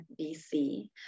BC